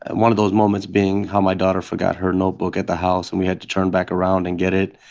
one of those moments being how my daughter forgot her notebook at the house, and we had to turn back around and get it.